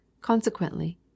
Consequently